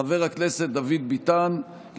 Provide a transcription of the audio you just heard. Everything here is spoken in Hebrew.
חבר הכנסת דוד ביטן,